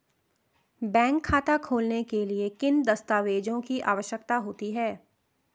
Bank खाता खोलने के लिए किन दस्तावेज़ों की आवश्यकता होती है?